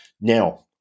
Now